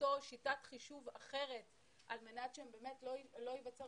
וליצור שיטת חישוב אחרת על מנת שלא ייווצר